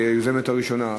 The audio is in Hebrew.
והיא היוזמת הראשונה,